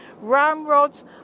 ramrods